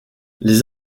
les